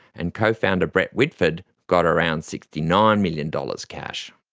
and co-founder brett whitford got around sixty nine million dollars cash.